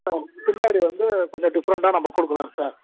பின்னாடி வந்து கொஞ்சம் டிப்ஃரெண்டாக நம்ம கொடுக்கலாம் சார்